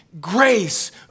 grace